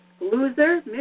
Loser